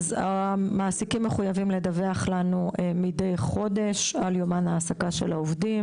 המעסיקים מחויבים לדווח לנו מדי חודש על יומן ההעסקה של העובדים,